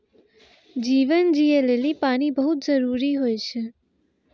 जीवन जियै लेलि पानी बहुत जरूरी होय छै?